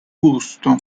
gusto